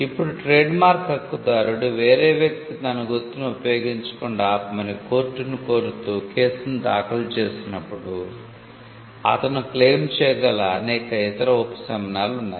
ఇప్పుడు ట్రేడ్మార్క్ హక్కుదారుడు వేరే వ్యక్తి తన గుర్తును ఉపయోగించకుండా ఆపమని కోర్టును కోరుతూ కేసును దాఖలు చేసినప్పుడు అతను క్లెయిమ్ చేయగల అనేక ఇతర ఉపశమనాలు ఉన్నాయి